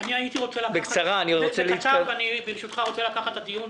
הייתי רוצה לקחת את הדיון